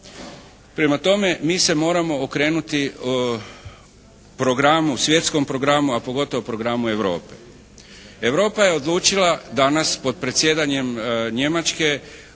Prema tome mi se moramo okrenuti programu, svjetskom programu, a pogotovo programu Europe. Europa je odlučila danas pod predsjedanjem Njemačke